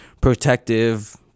protective